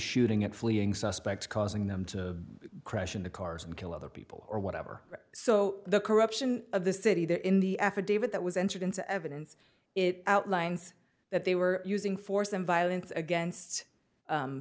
shooting at fleeing suspects causing them to crash into cars and kill other people or whatever so the corruption of the city there in the affidavit that was entered into evidence it outlines that they were using force and violence against